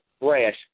fresh